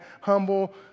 Humble